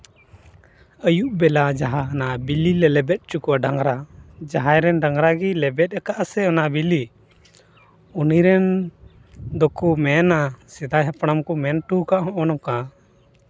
ᱟᱹᱭᱩᱵ ᱵᱮᱞᱟ ᱡᱟᱦᱟᱸ ᱦᱟᱱᱟ ᱵᱤᱞᱤ ᱞᱮ ᱞᱮᱵᱮᱫ ᱦᱚᱪᱚ ᱠᱚᱣᱟ ᱰᱟᱝᱨᱟ ᱡᱟᱦᱟᱸᱭ ᱨᱮᱱ ᱰᱟᱝᱨᱟ ᱜᱮᱭ ᱞᱮᱵᱮᱫ ᱟᱠᱟᱫ ᱥᱮ ᱚᱱᱟ ᱵᱤᱞᱤ ᱩᱱᱤ ᱨᱮᱱ ᱫᱚᱠᱚ ᱢᱮᱱᱟ ᱥᱮᱫᱟᱭ ᱦᱟᱯᱲᱟᱢ ᱠᱚ ᱢᱮᱱ ᱦᱚᱴᱚᱣ ᱠᱟᱜᱼᱟ ᱦᱚᱸᱜᱼᱚ ᱱᱚᱝᱠᱟ